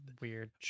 weird